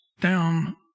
down